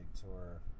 tour